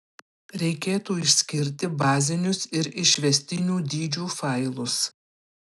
reikėtų išskirti bazinius ir išvestinių dydžių failus